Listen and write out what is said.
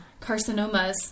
carcinomas